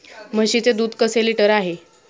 म्हशीचे दूध कसे लिटर आहे?